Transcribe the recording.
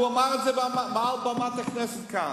הוא אמר את זה מעל במת הכנסת כאן,